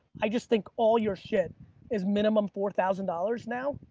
i just think all your shit is minimum four thousand dollars now,